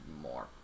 more